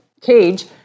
cage